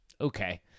Okay